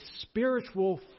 spiritual